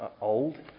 old